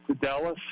Dallas